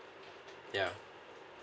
yeah